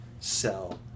sell